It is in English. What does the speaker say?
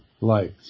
life